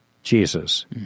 Jesus